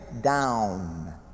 down